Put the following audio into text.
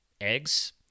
eggs